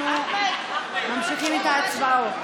אנחנו ממשיכים בהצעות.